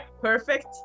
perfect